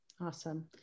Awesome